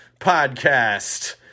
Podcast